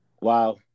Wow